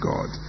God